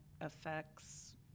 affects